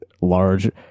large